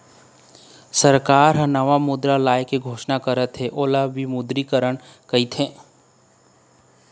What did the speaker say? सरकार ह नवा मुद्रा लाए के घोसना करथे ओला विमुद्रीकरन कहिथें